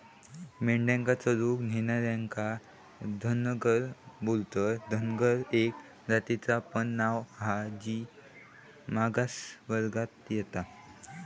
मेंढ्यांका चरूक नेणार्यांका धनगर बोलतत, धनगर एका जातीचा पण नाव हा जी मागास वर्गात येता